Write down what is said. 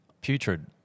Putrid